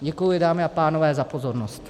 Děkuji, dámy a pánové, za pozornost.